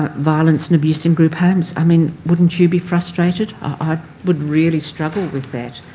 ah violence and abuse in group homes. i mean, wouldn't you be frustrated? ah i would really struggle with that,